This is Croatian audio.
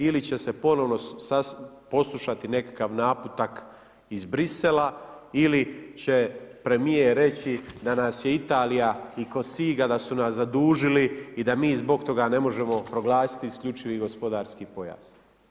Ili će se ponovno poslušati nekakav naputak iz Bruxellesa, ili će premijer reći da nas je Italija i Kosiga da su nas zadužili i da mi zbog toga ne možemo proglasiti isključivi gospodarski pojas.